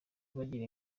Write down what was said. bagira